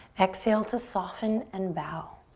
exhale to soften and bow.